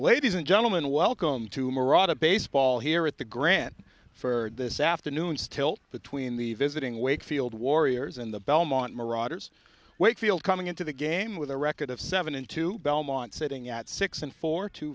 ladies and gentlemen welcome to murat a baseball here at the grant for this afternoon's tilt between the visiting wakefield warriors and the belmont marauders wakefield coming into the game with a record of seven into belmont sitting at six and four two